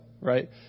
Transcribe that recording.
Right